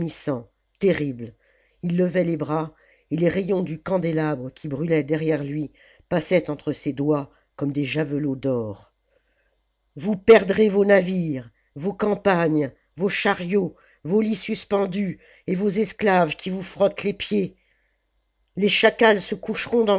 il levait les bras et les rayons du candélabre qui brûlait derrière lui passaient entre ses doigts comme des javelots d'or vous perdrez vos navires vos campagnes vos chariots vos hts suspendus et vos esclaves qui vous frottent les pieds les chacals se coucheront